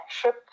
trip